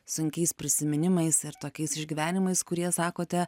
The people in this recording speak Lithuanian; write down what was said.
sunkiais prisiminimais ir tokiais išgyvenimais kurie sakote